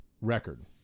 record